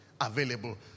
available